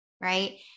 right